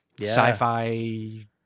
sci-fi